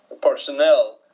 personnel